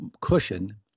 cushion